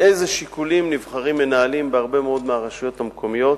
מאיזה שיקולים נבחרים מנהלים בהרבה מהרשויות המקומיות,